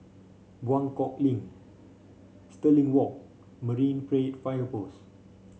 Buangkok Link Stirling Walk Marine Parade Fire Post